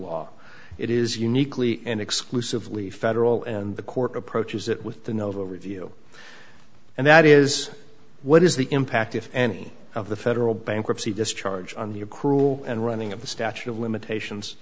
m it is uniquely and exclusively federal and the court approaches it with the novo review and that is what is the impact if any of the federal bankruptcy discharge on the a cruel and running of the statute of limitations